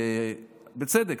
בצדק,